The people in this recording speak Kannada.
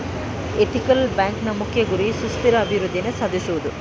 ಎಥಿಕಲ್ ಬ್ಯಾಂಕ್ನ ಮುಖ್ಯ ಗುರಿ ಸುಸ್ಥಿರ ಅಭಿವೃದ್ಧಿಯನ್ನು ಸಾಧಿಸುವುದು